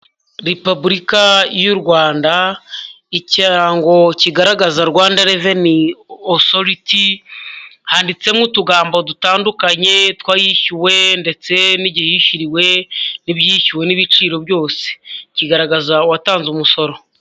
Repubulika y'u Rwanda, ikirango kigaragaza Rwanda reveni otoriti, handitsemo utugambo dutandukanye twayishyuwe ndetse n'igihe yishyuriwe n'ibyishyuwe n'ibiciro byose, kigaragaza uwatanze umusoro.